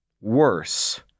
worse